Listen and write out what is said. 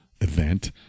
event